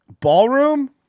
ballroom